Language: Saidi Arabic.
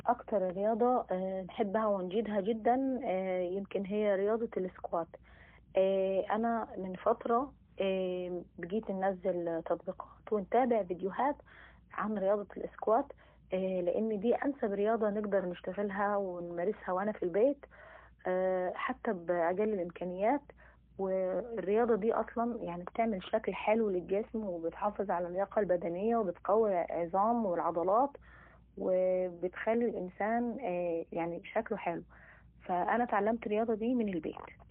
اكتر ارياضة انحبها ونجيدها جدا يمكن هي رياضة الاسكوات. انا من فترة ابقيت ننزل تطبيقات ونتابع فيديوهات عن رياضة الاسكوات لان دي انسب رياضة نقدر نشتغلها ونمارسها في البيت، حتى بقل الإمكانيات. الرياضة دي أصلا وبتخلي الانسان شكله حلو للجسم وبتحافظ على اللياقة البدنية وبتقوي العظام والعضلات. فأنا اتعلمت الرياضة دي ي البيت.